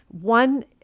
One